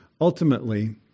Ultimately